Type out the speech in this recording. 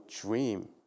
dream